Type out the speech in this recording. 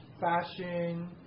fashion